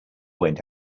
went